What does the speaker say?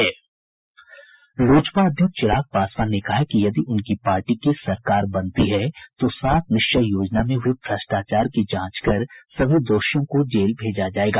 लोजपा अध्यक्ष चिराग पासवान ने कहा है कि यदि उनकी पार्टी की सरकार बनती है तो सात निश्चय योजना में हुए भ्रष्टाचार की जांच कर सभी दोषियों को जेल भेजा जायेगा